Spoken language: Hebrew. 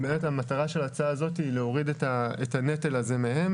המטרה של ההצעה הזאת היא להוריד את הנטל הזה מהם